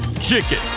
Chicken